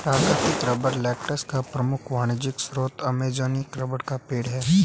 प्राकृतिक rubber latex का प्रमुख वाणिज्यिक स्रोत अमेज़ॅनियन रबर का पेड़ है